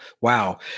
Wow